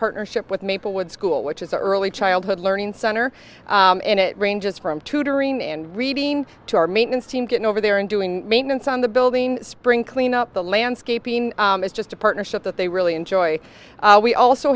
partnership with maplewood school which is the early childhood learning center and it ranges from tutoring and reading to our maintenance team getting over there and doing maintenance on the building spring clean up the landscaping is just a partnership that they really enjoy we also